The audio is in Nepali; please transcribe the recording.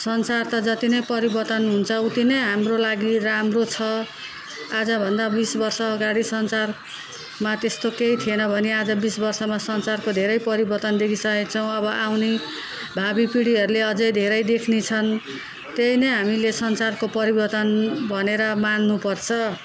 संसार त जति पनि परिवर्तन हुन्छ उत्तिनै हाम्रो लागि राम्रो छ आजभन्दा बिस वर्ष अगाडि संसारमा त्यस्तो केही थिएन भने आज बिस वर्षमा संसारको धेरै परिवर्तन देखिसकेका छौँ अब आउने भावी पिँढीहरूले अझै धेरै देख्नेछन् त्यही नै हामीले संसारको परिवर्तन भनेर मान्नुपर्छ